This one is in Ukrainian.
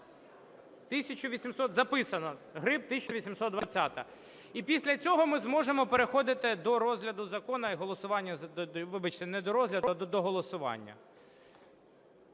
Записано, Гриб – 1820-а. І після цього ми зможемо переходити до розгляду закону і голосування, вибачте, не до розгляду, а до голосування.